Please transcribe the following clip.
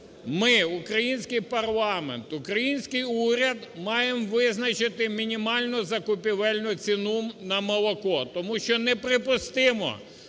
ми, український парламент, український уряд маємо визначити мінімальну закупівельну ціну на молоко, тому що неприпустимо,